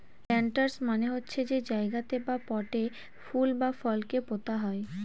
planters মানে হচ্ছে যে জায়গাতে বা পটে ফুল বা ফলকে পোতা হয়